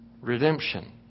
Redemption